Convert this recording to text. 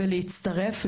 ולהצטרף,